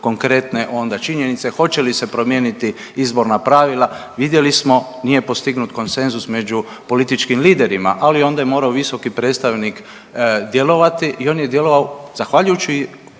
konkretne onda činjenice hoće li se promijeniti izborna pravila. Vidjeli smo nije postignut konsenzus među političkim liderima, ali je onda morao visoki predstavnik djelovati i on je djelovao, zahvaljujući